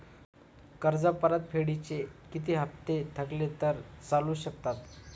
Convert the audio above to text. कर्ज परतफेडीचे किती हप्ते थकले तर चालू शकतात?